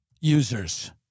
users